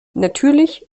natürlich